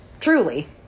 Truly